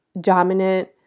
dominant